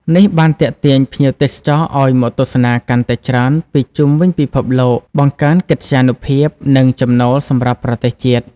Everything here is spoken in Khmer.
នេះបានទាក់ទាញភ្ញៀវទេសចរឲ្យមកទស្សនាកាន់តែច្រើនពីជុំវិញពិភពលោក បង្កើនកិត្យានុភាព និងចំណូលសម្រាប់ប្រទេសជាតិ។